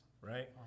right